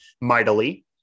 mightily